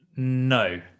No